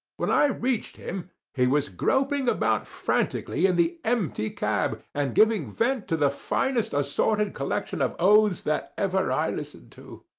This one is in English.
when i reached him he was groping about frantically in and the empty cab, and giving vent to the finest assorted collection of oaths that ever i listened to.